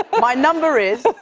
but my number is.